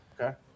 Okay